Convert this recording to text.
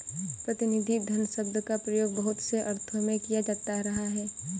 प्रतिनिधि धन शब्द का प्रयोग बहुत से अर्थों में किया जाता रहा है